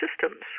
systems